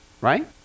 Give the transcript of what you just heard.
right